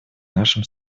нашим